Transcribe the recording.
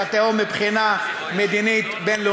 אל התהום מבחינה מדינית בין-לאומית.